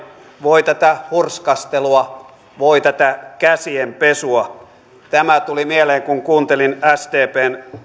voi tätä hurskastelua voi tätä käsien pesua tämä tuli mieleen kun kuuntelin sdpn